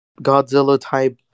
Godzilla-type